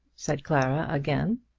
said clara again.